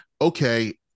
okay